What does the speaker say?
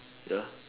ya